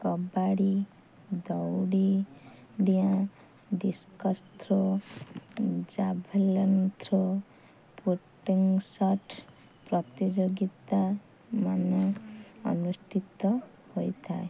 କବାଡ଼ି ଦଉଡ଼ି ଡିଆଁ discus throw ଉଁ ଜାଭଲିନ୍ ଥ୍ରୋ ପୋଟିଙ୍ଗସର୍ଟ ପ୍ରତିଯୋଗିତା ମାନ ଅନୁଷ୍ଠିତ ହୋଇଥାଏ